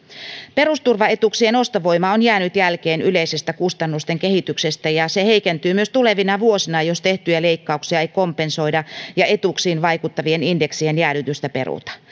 perusturvaetuuksien ostovoima on jäänyt jälkeen yleisestä kustannusten kehityksestä ja se heikentyy myös tulevina vuosina jos tehtyjä leikkauksia ei kompensoida ja etuuksiin vaikuttavien indeksien jäädytystä peruta